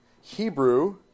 Hebrew